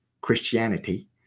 Christianity